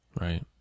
right